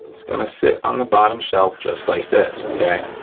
it's gonna sit on the bottom shelf just like this, okay.